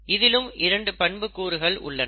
இதிலும் இரண்டு பண்புக் கூறுகள் உள்ளன